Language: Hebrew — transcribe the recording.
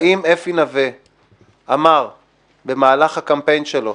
----- האם אפי נוה אמר במהלך הקמפיין שלו,